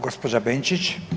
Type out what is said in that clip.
gđa. Benčić.